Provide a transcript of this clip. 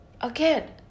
again